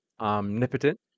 omnipotent